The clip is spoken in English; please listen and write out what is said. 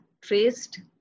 traced